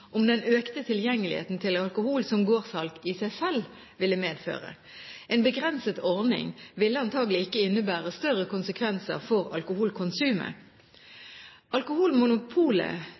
om den økte tilgjengeligheten til alkohol som gårdssalg i seg selv ville medføre. En begrenset ordning ville antakelig ikke innebære større konsekvenser for alkoholkonsumet. Alkoholmonopolet,